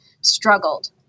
struggled